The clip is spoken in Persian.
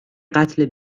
قتل